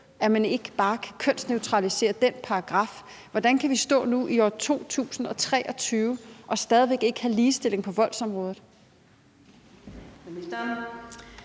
at man ikke bare kan kønsneutralisere den paragraf. Hvordan kan vi stå nu i år 2023 og stadig væk ikke have ligestilling på voldsområdet?